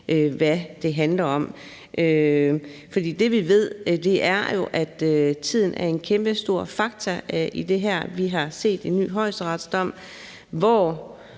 hvad det handler om. For det, vi ved, er jo, at tiden er en kæmpestor faktor i det her. Vi har set en ny højesteretsdom, hvor